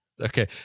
Okay